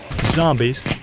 Zombies